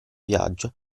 viaggio